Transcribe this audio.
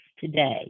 Today